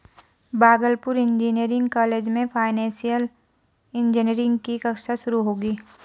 Bhagalpur engineering college में financial engineering की कक्षा शुरू होगी